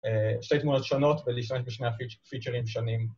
שתי תמונות שונות ולהשתמש בשני הפיצ'רים שונים.